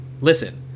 listen